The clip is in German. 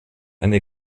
eine